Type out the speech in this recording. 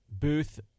booth